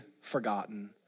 forgotten